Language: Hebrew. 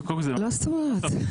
מה זאת אומרת?